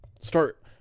start